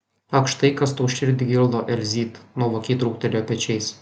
ak štai kas tau širdį gildo elzyt nuovokiai trūktelėjo pečiais